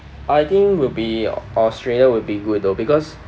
I think will be australia will be good though because